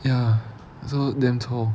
ya so damn